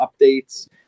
updates